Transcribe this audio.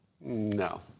No